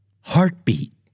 Heartbeat